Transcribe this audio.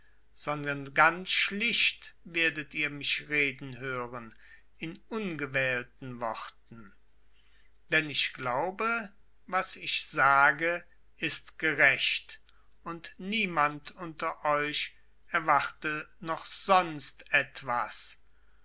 sondern ganz schlicht werdet ihr mich reden hören in ungewählten worten denn ich glaube was ich sage ist gerecht und niemand unter euch erwarte noch sonst etwas